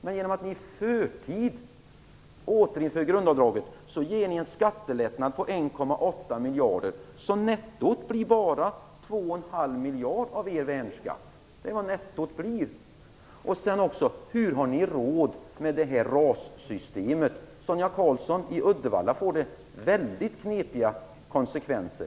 Men genom att i förtid återinföra grundavdraget medger ni en skattelättnad på 1,8 miljarder kronor. Nettot av värnskatten blir bara två och en halv miljard kronor. Jag undrar också hur ni har råd med det här RAS systemet. I Uddevalla, Sonia Karlsson, får det mycket knepiga konsekvenser.